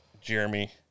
Jeremy